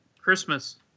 Christmas